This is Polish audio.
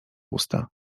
usta